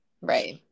right